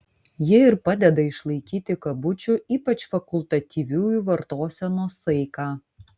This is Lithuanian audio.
ji ir padeda išlaikyti kabučių ypač fakultatyviųjų vartosenos saiką